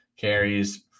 carries